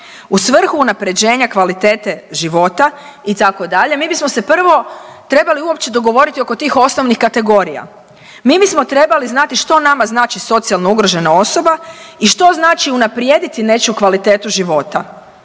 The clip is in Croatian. u svrhu unaprjeđenja kvalitete života itd., mi bismo se prvo trebali uopće dogovoriti oko tih osnovnih kategorija. Mi bismo trebali znati što nama znači socijalno ugrožena osobe i što znači unaprijediti nečiju kvalitetu života